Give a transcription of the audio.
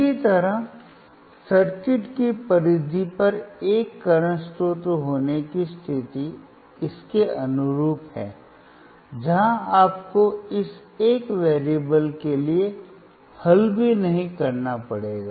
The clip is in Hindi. तो इसी तरह सर्किट की परिधि पर एक करंट स्रोत होने की स्थिति इसके अनुरूप है जहां आपको इस एक चर के लिए हल भी नहीं करना पड़ेगा